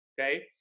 Okay